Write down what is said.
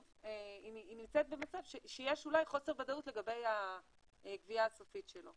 והיא נמצאת במצב שיש אולי חוסר ודאות לגבי הגבייה הסופית שלו.